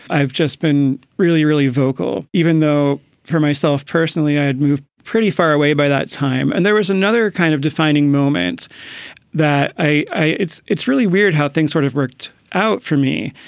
i've just been really, really vocal, even though for myself personally, i had moved pretty far away by that time. and there was another kind of defining moment that i i it's it's really weird how things sort of worked out for me.